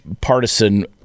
partisan